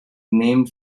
named